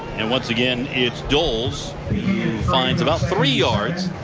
and once again it's doles who finds about three yards.